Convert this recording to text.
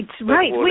Right